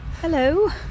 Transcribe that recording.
hello